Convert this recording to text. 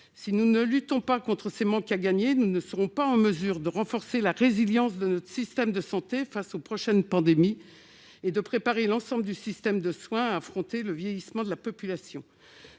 Si nous ne luttons pas contre ce manque à gagner, nous ne serons pas en mesure de renforcer la résilience de notre système de santé face aux prochaines pandémies et de préparer l'ensemble du système de soins à affronter le vieillissement de la population.